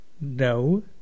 No